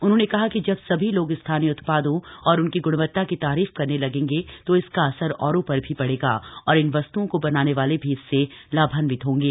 उन्होंने कहा कि जब सभी लोग स्थानीय उत्पादों और उनकी ग्णवत्ता की तारीफ करने लगेंगे तो इसका असर औरों पर भी पड़ेगा और इन वस्त्ओं को बनाने वाले भी इससे लाभान्वित होंगे